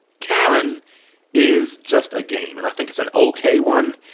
karen is just a game and i think it's an okay one.